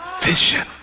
Vision